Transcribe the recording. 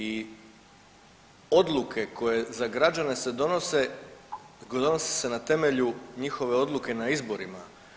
I odluke koje za građane se donose, donose se na temelju njihove odluke na izborima.